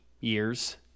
years